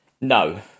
No